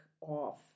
off